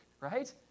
Right